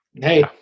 hey